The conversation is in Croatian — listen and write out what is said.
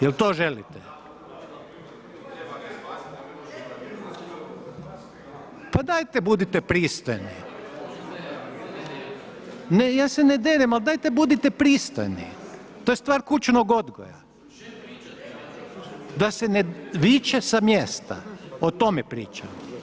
Jer to želite? … [[Upadica se ne čuje.]] Pa dajte budite pristojni. … [[Upadica se ne čuje.]] Ne, ja se ne derem, ali dajte budite pristojni, to je stvar kućnog odgoja. … [[Upadica se ne čuje.]] Da se ne viče sa mjesta, o tome pričam.